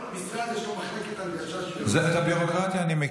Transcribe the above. אתה צודק.